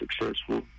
successful